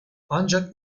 ancak